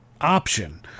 option